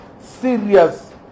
serious